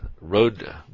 road